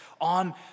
on